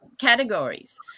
categories